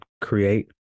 create